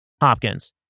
Hopkins